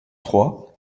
trois